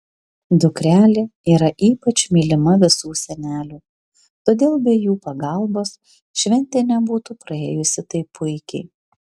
dukrelė yra ypač mylima visų senelių todėl be jų pagalbos šventė nebūtų praėjusi taip puikiai